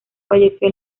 falleció